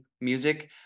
music